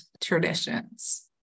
traditions